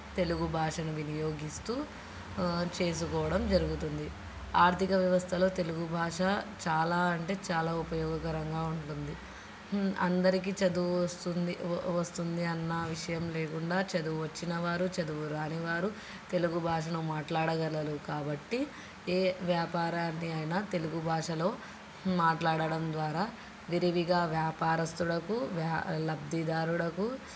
తెలుగు భాషను వినియోగిస్తు చేసుకోవడం జరుగుతుంది ఆర్థిక వ్యవస్థలో తెలుగు భాష చాలా అంటే చాలా ఉపయోగకరంగా ఉంటుంది అందరికి చదువు వస్తుంది వస్తుంది అన్న విషయం లేకుండా చదువు వచ్చిన వారు చదువురాని వారు తెలుగు భాషను మాట్లాడగలరు కాబట్టి ఏ వ్యాపారాన్ని అయిన తెలుగు భాషలో మాట్లాడడం ద్వారా విరివిగా వ్యాపారస్తునకు వ్యా లబ్ధిదారునకు